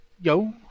Yo